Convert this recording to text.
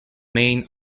main